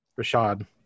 Rashad